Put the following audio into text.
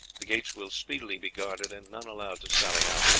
the gates will speedily be guarded and none allowed to sally out,